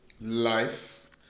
Life